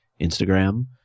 Instagram